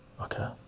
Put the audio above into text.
Okay